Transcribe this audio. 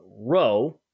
row